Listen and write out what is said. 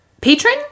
Patron